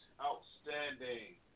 outstanding